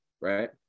right